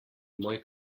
moj